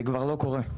זה כבר לא קורה.